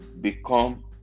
become